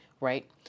right